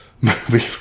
movie